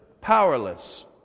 powerless